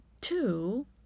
two